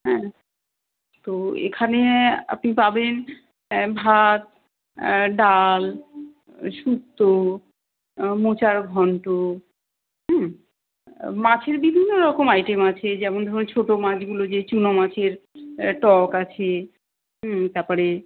হ্যাঁ তো এখানে আপনি পাবেন ভাত ডাল শুক্তো মোচার ঘন্ট হুম মাছের বিভিন্ন রকম আইটেম আছে যেমন ধরুন ছোট মাছগুলো যে চুনো মাছের টক আছে হুম তার পরে